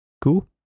cool